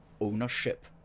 ownership